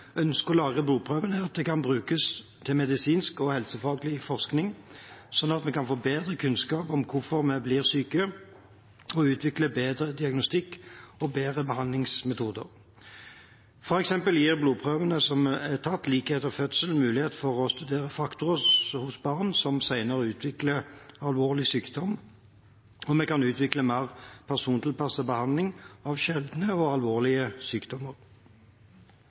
ønsker å lagre blodprøvene, er at de kan brukes til medisinsk og helsefaglig forskning, slik at vi kan få bedre kunnskap om hvorfor vi blir syke, og utvikle bedre diagnostikk og bedre behandlingsmetoder. For eksempel gir blodprøver som er tatt like etter fødsel, mulighet for å studere faktorer hos barn som senere utvikler alvorlig sykdom, og vi kan utvikle mer persontilpasset behandling av sjeldne og